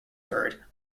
bird